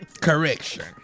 Correction